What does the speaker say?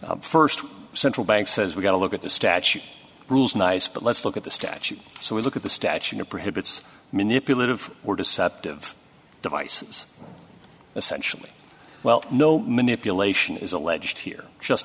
first central bank says we got a look at the statute rules nice but let's look at the statute so we look at the statute of prohibits manipulative or deceptive devices essentially well no manipulation is alleged here just